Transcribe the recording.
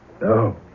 No